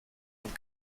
und